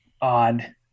odd